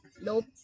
Nope